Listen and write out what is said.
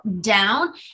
down